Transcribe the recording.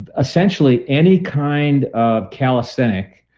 essentially any kind of calisthenic